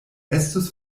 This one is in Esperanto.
estus